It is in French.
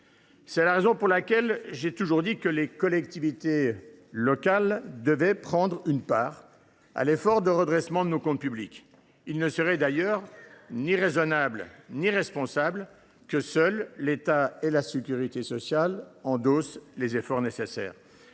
est la raison pour laquelle j’ai toujours dit que les collectivités locales devaient prendre une part à l’effort de redressement de nos comptes publics. Il ne serait du reste ni raisonnable ni responsable que seuls l’État et la sécurité sociale endossent les efforts nécessaires.